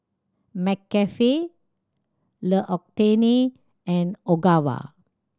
McCafe L'Occitane and Ogawa